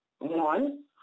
One